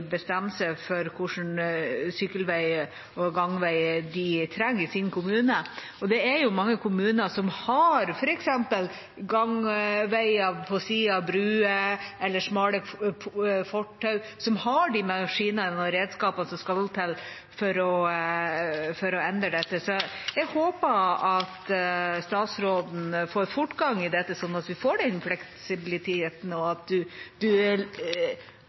for hva slags sykkelveier og gangveier de trenger i sin kommune. Det er mange kommuner som har f.eks. gangveier på sida av broer eller smale fortau, som har de maskinene og redskapene som skal til for å endre dette. Så jeg håper at statsråden får fortgang i dette, sånn at vi får den fleksibiliteten – at du